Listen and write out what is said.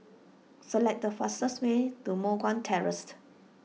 select the fastest way to Moh Guan Terraced